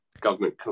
Government